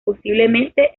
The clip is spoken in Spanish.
posiblemente